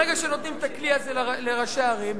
ברגע שנותנים את הכלי הזה לראשי הערים,